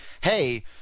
Hey –